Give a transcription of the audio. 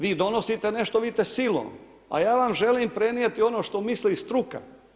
Vi donosite nešto vidite silom a ja vam želim prenijeti ono što misli i struka.